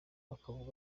akavuga